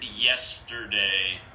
yesterday